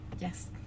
Yes